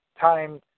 time